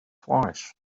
twice